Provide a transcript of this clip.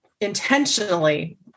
intentionally